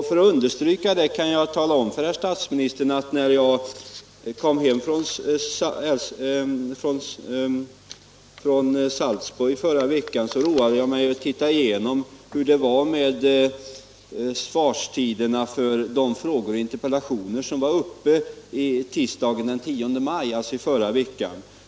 För att understryka det kan jag tala om för herr statsministern att när jag kom hem från Salzburg förra veckan roade jag mig med att se igenom svarstiderna för de frågor och interpellationer som varit uppe till behandling i riksdagen den 10 maj, alltså i förra veckan.